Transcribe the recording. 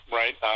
right